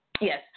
Yes